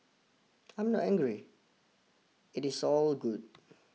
I'm not angry it is all good